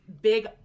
big